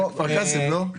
כפר קאסם, לא?